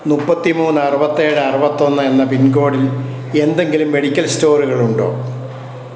മുപ്പത്തി മൂന്ന് അറുപത്തിയേഴ് അറുപത്തിയൊന്ന് എന്ന പിൻകോഡിൽ എന്തെങ്കിലും മെഡിക്കൽ സ്റ്റോറുകളുണ്ടോ